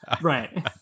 right